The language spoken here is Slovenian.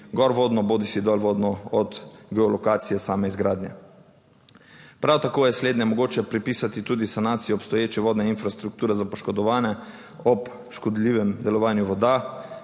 gor vodno bodisi dolvodno od geolokacije same izgradnje. Prav tako je slednje mogoče pripisati tudi sanacijo obstoječe vodne infrastrukture za poškodovane ob škodljivem delovanju voda.